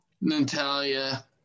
Natalia